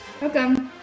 Welcome